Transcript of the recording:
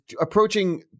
approaching